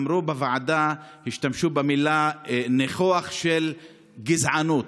בוועדה השתמשו במילים "ניחוח של גזענות".